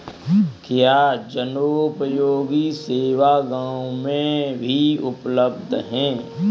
क्या जनोपयोगी सेवा गाँव में भी उपलब्ध है?